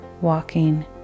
walking